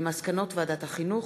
על מסקנות ועדת החינוך,